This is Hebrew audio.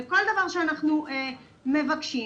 וכל דבר שאנחנו מבקשים,